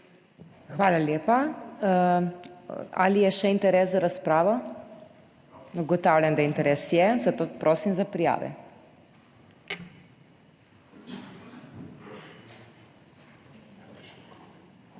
Hvala lepa. Ali je še interes za razpravo? Ugotavljam, da je interes, zato prosim za prijavo.